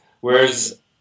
whereas